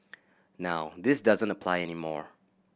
now this doesn't apply any more